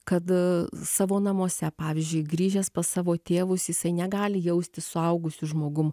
kad savo namuose pavyzdžiui grįžęs pas savo tėvus jisai negali jaustis suaugusiu žmogum